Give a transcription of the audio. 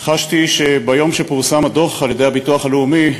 חשתי שביום שפורסם הדוח על-ידי הביטוח הלאומי,